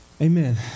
Amen